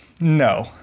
no